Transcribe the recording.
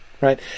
right